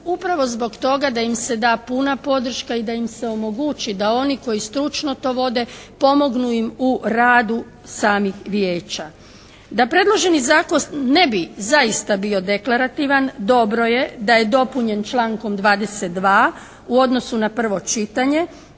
upravo zbog toga da im se da puna podrška i da im se omogući da oni koji stručno to vode pomognu im u radu samih vijeća. Da predloženi Zakon ne bi zaista bio deklarativan dobro je da je dopunjen člankom 22. u odnosu na prvo čitanje,